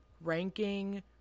ranking